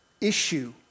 issue